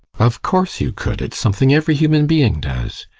of course, you could. it's something every human being does.